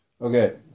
Okay